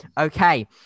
okay